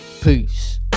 Peace